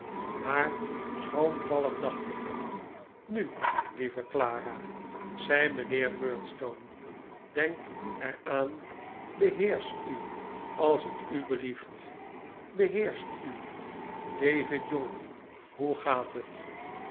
maar schroomvallig dacht ik nu lieve clara zei mijnheer murdstone denk er aan beheersch u als t u belieft beheersch u david jongen hoe gaat het